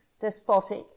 despotic